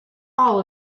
all